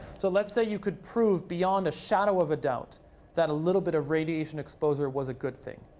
so let's say you could prove beyond a shadow of a doubt that a little bit of radiation exposure was a good thing.